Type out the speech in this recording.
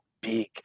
big